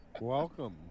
Welcome